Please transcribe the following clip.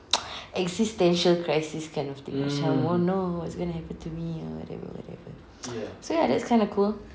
existential crisis kind of thing macam oh no what's going to happen to me whatever whatever so ya that's kind of cool